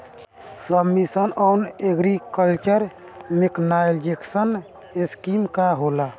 सब mission on agriculture mechanization scheme का होला?